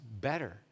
better